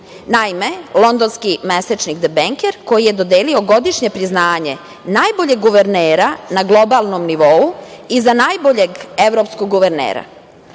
Naime, londonski mesečnik „The Banker“ je dodelio godišnje priznanje najboljeg guvernera na globalnom nivou i za najboljeg evropskog guvernera.